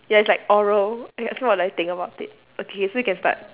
ya it's like oral ya okay so what do I think about it okay so you can start